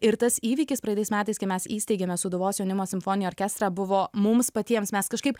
ir tas įvykis praeitais metais kai mes įsteigėme sūduvos jaunimo simfoninį orkestrą buvo mums patiems mes kažkaip